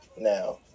now